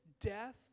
death